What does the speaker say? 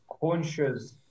conscious